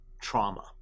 trauma